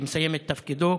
שמסיים את תפקידו.